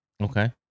okay